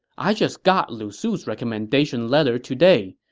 i just got lu su's recommendation letter today,